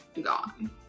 gone